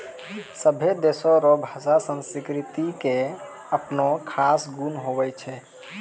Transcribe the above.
सभै देशो रो भाषा संस्कृति के अपनो खास गुण हुवै छै